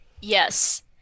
yes